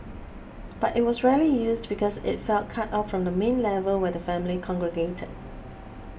but it was rarely used because it felt cut off from the main level where the family congregated